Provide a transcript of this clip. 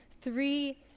Three